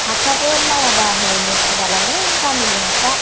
हाफ्राबो मावाबा हनै नस्थ' जालाङो गामिनि हाफ्रा